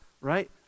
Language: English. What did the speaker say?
right